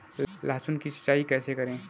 लहसुन की सिंचाई कैसे करें?